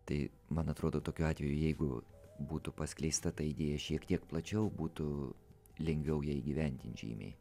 tai man atrodo tokiu atveju jeigu būtų paskleista tą idėją šiek tiek plačiau būtų lengviau ją įgyvendint žymiai